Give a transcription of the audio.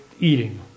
eating